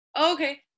Okay